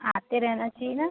आते रहना चाहिए ना